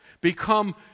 become